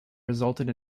resulted